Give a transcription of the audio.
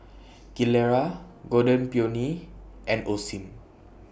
Gilera Golden Peony and Osim